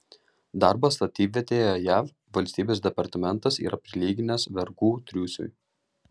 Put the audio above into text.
darbą statybvietėje jav valstybės departamentas yra prilyginęs vergų triūsui